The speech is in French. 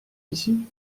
ici